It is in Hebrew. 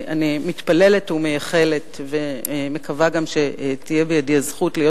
אני מתפללת ומייחלת ומקווה גם שתהיה בידי הזכות להיות